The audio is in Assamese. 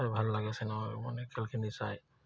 ভাল লাগে চিনেমা মানে খেলখিনি চাই